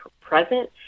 present